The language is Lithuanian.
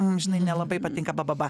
mum žinai nelabai patinka ba ba ba